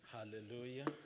Hallelujah